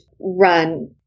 run